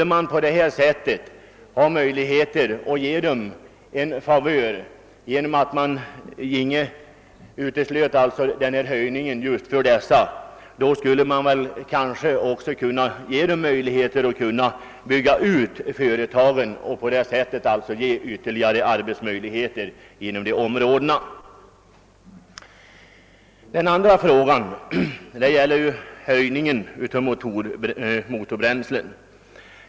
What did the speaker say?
Om man på detta sätt har möjlighet att ge dem en favör genom att undanta dem från höjningen av arbetsgivaravgiften, skulle de kanske också få möjlighet att bygga ut företagen och på det sättet åstadkomma ytterligare sysselsättningsmöjligheter inom dessa områden. Den andra frågan gäller höjningen av skatten på motorbränsle.